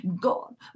God